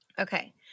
Okay